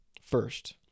First